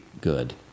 good